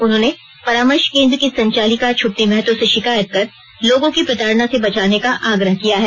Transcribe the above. उन्होंने परामर्श केंद्र की संचालिका छुटनी महतो से शिकायत कर लोगों की प्रताड़ना से बचाने का आग्रह किया है